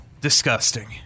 Disgusting